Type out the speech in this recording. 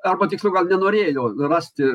arba tiksliau gal nenorėjo rasti